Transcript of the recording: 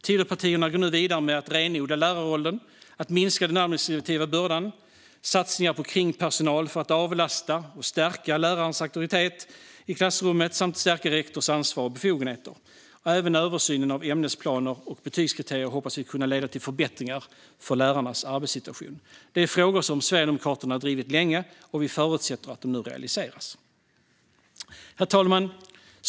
Tidöpartierna går nu vidare med att renodla lärarrollen, minska den administrativa bördan, satsa på kringpersonal för att avlasta, stärka lärarens auktoritet i klassrummet samt stärka rektors ansvar och befogenheter. Även översynen av ämnesplaner och betygskriterier hoppas vi kan leda till förbättringar av lärarnas arbetssituation. Det är frågor som Sverigedemokraterna drivit länge, och vi förutsätter att de nu realiseras. Herr talman!